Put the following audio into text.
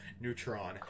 Neutron